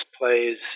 plays